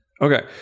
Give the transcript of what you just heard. Okay